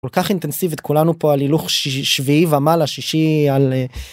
כל כך אינטנסיבית כולנו פה על הילוך שביעי ומעלה שישי על.